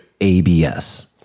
ABS